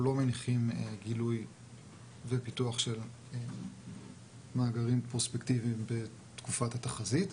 אנחנו לא מניחים גילוי ופיתוח של מאגרים פרוספקטיביים בתקופת התחזית.